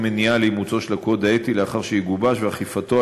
מניעה לאימוצו של הקוד האתי לאחר שיגובש ולאכיפתו